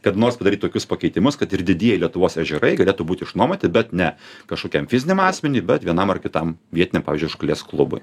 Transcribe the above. kada nors padaryt tokius pakeitimus kad ir didieji lietuvos ežerai galėtų būt išnuomoti bet ne kažkokiam fiziniam asmeniui bet vienam ar kitam vietiniam pavyzdžiui žūklės klubui